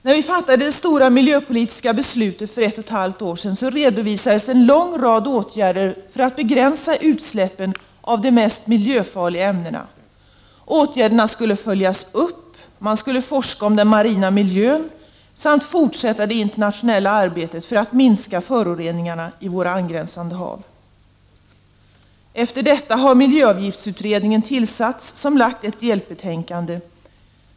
När riksdagen fattade det stora miljöpolitiska beslutet för ett och ett halvt år sedan, redovisades en lång rad åtgärder för att begränsa utsläppen av de mest miljöfarliga ämnena. Åtgärderna skulle följas upp, och man skulle forska om den marina miljön samt fortsätta det internationella arbetet för att minska föroreningarna i våra angränsande hav. Efter detta har miljöavgiftsutredningen tillsatts, som har lagt fram ett delbetänkande.